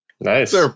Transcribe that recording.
Nice